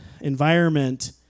environment